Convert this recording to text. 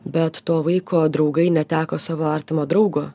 bet to vaiko draugai neteko savo artimo draugo